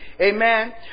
Amen